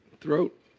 throat